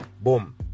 boom